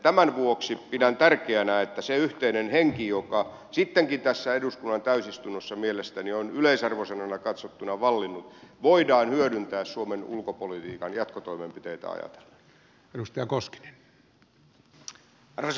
tämän vuoksi pidän tärkeänä että se yhteinen henki joka sittenkin tässä eduskunnan täysistunnossa mielestäni on yleisarvosanana katsottuna vallinnut voidaan hyödyntää suomen ulkopolitiikan jatkotoimenpiteitä ajatellen